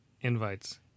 invites